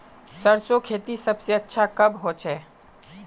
सरसों खेती सबसे अच्छा कब होचे?